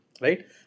right